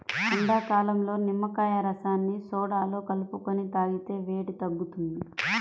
ఎండాకాలంలో నిమ్మకాయ రసాన్ని సోడాలో కలుపుకొని తాగితే వేడి తగ్గుతుంది